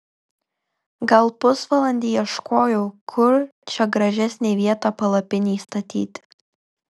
gal pusvalandį ieškojau kur čia gražesnė vieta palapinei statyti